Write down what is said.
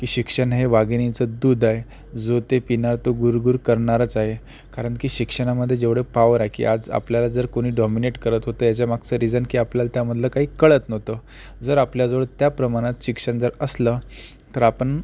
की शिक्षण हे वाघिणीचं दूध आहे जो ते पिणार तो गुर गुर करणारच आहे कारण की शिक्षणामध्ये जेवढं पॉवर आहे की आज आपल्याला जर कोणी डॉमिनेट करत होते त्याच्यामागचं रिजन की आपल्याला त्यामधलं काही कळत नव्हतं जर आपल्याजवळ त्या प्रमाणात शिक्षण जर असलं तर आपण